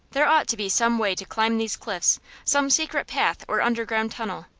there ought to be some way to climb these cliffs some secret path or underground tunnel,